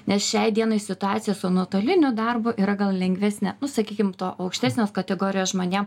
nes šiai dienai situacija su nuotoliniu darbu yra gal lengvesnė nu sakykim to aukštesnio kategorijos žmonėm